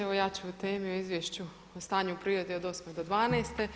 Evo ja ću o temi o Izvješću o stanju u prirodi od '08. do '12.